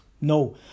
No